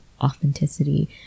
authenticity